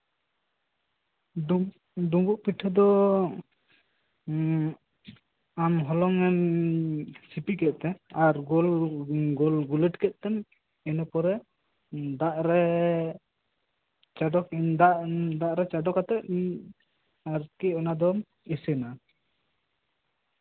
ᱰᱩᱢᱵᱩᱩᱜ ᱯᱤᱴᱷᱟᱹ ᱫᱚ ᱟᱢ ᱦᱚᱞᱚᱝ ᱮᱢ ᱥᱤᱯᱤ ᱠᱮᱜᱛᱮ ᱟᱨ ᱜᱳᱞ ᱜᱳᱞ ᱜᱩᱞᱟᱹᱴ ᱠᱮᱜ ᱛᱮᱢ ᱤᱱᱟᱹ ᱯᱚᱨᱮ ᱫᱟᱜᱨᱮ ᱪᱟᱰᱚ ᱠᱮᱜᱛᱮᱢ ᱫᱟᱜᱨᱮ ᱪᱟᱰᱚ ᱠᱟᱛᱮᱜ ᱟᱨᱠᱤ ᱚᱱᱟ ᱫᱚᱢ ᱤᱥᱤᱱᱟ